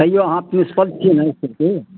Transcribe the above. तैयो अहाँ प्रिंसिपल छियै ने इसकुलके